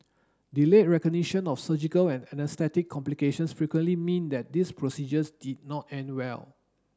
delayed recognition of surgical and anaesthetic complications frequently mean that these procedures did not end well